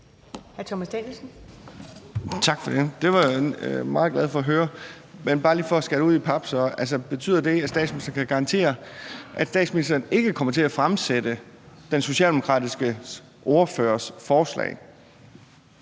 Tak for det. Det var jeg jo meget glad for at høre. Men for så bare lige at få det skåret ud i pap vil jeg spørge: Betyder det, at statsministeren kan garantere, at statsministeren ikke kommer til at fremsætte den socialdemokratiske ordførers forslag?